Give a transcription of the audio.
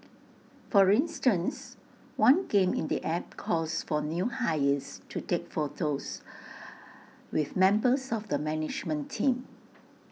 for instance one game in the app calls for new hires to take photos with members of the management team